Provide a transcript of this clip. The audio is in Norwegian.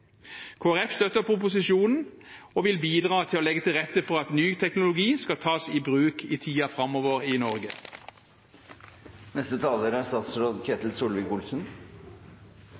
støtter proposisjonen og vil bidra til å legge til rette for at ny teknologi skal tas i bruk i tiden framover i Norge. Mobilitet er